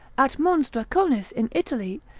at mons draconis in italy,